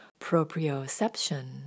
proprioception